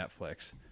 Netflix